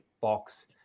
box